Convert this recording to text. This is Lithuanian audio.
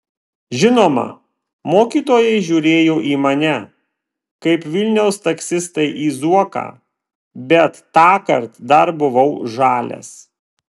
žinoma mokytojai žiūrėjo į mane kaip vilniaus taksistai į zuoką bet tąkart dar buvau žalias